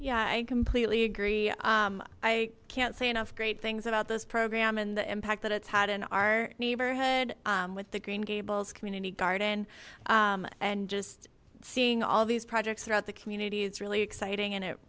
yeah i completely agree i can't say enough great things about this program and the impact that it's had in our neighborhood with the green gables community garden and just seeing all these projects throughout the community it's really exciting and it